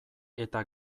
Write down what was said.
eta